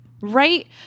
Right